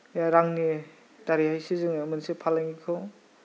बे रांनि दारैहैसो जोङो मोनसे फालांगिखौ